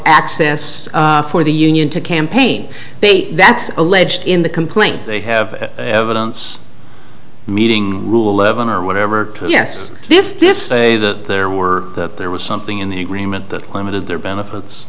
access for the union to campaign bait that's alleged in the complaint they have evidence meeting rule eleven or whatever yes this this that there were that there was something in the agreement that limit of their benefits